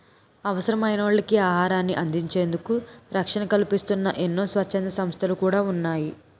అవసరమైనోళ్ళకి ఆహారాన్ని అందించేందుకు రక్షణ కల్పిస్తూన్న ఎన్నో స్వచ్ఛంద సంస్థలు కూడా ఉన్నాయి